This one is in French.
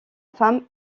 femme